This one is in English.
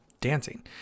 dancing